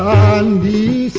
on the